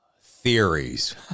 theories